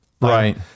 right